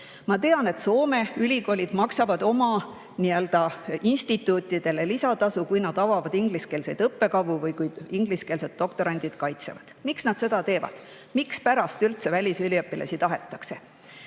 Ma tean, et Soome ülikoolid maksavad oma nii-öelda instituutidele lisatasu, kui nad avavad ingliskeelseid õppekavu või kui ingliskeelsed doktorandid kaitsevad. Miks nad seda teevad? Mispärast üldse välisüliõpilasi tahetakse?